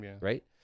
right